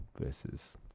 versus